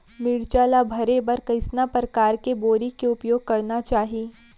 मिरचा ला भरे बर कइसना परकार के बोरी के उपयोग करना चाही?